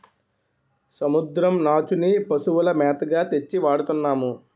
సముద్రం నాచుని పశువుల మేతగా తెచ్చి వాడతన్నాము